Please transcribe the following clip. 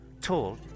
Tall